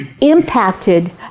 impacted